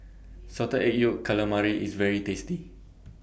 Salted Egg Yolk Calamari IS very tasty